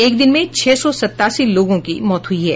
एक दिन में छह सौ सतासी लोगों की मौत हुई है